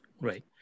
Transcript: Right